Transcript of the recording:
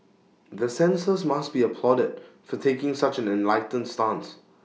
the censors must be applauded for taking such an enlightened stance